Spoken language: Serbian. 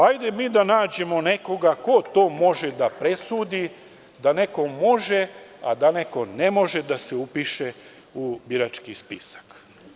Hajde mi da nađemo nekoga ko to može da presudi da neko može, a da neko ne može da se upiše u birački spisak.